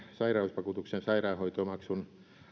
sairausvakuutuksen sairaanhoitomaksun